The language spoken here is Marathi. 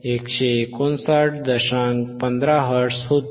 15 हर्ट्झ होती